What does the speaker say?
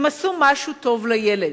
הם עשו משהו טוב לילד,